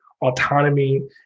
autonomy